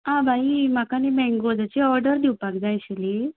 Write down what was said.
आं भाई म्हाका न्हय मँगोजांची ऑडर दिवपाक जाय आशिल्ली